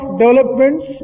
developments